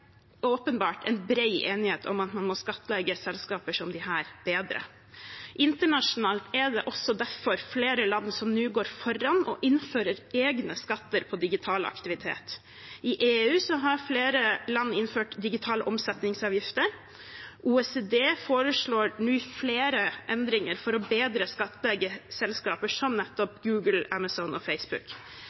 det også derfor flere land som nå går foran og innfører egne skatter på digital aktivitet. I EU har flere land innført digitale omsetningsavgifter. OECD foreslår nå flere endringer for bedre å skattlegge selskaper som nettopp Google, Amazon og Facebook.